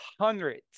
hundreds